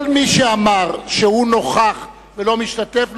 כל מי שאמר שהוא נוכח ולא משתתף,